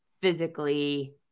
physically